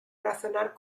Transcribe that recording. razonar